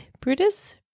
Brutus